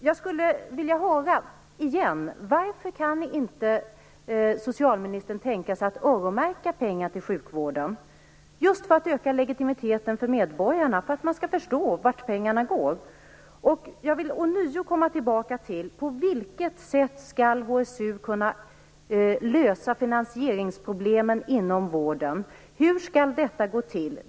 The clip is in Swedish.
Jag skulle vilja höra igen varför socialministern inte kan tänka sig att öronmärka pengar till sjukvården - just för att öka legitimiteten för medborgarna, för att man skall förstå vart pengarna går. Jag vill ånyo komma tillbaka till frågan om på vilket sätt HSU 2000 skall kunna lösa finansieringsproblemen inom vården. Hur skall detta gå till?